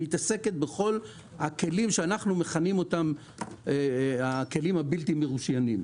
היא מתעסקת בכל הכלים שאנחנו מכנים בשם הכלים שללא רישיון.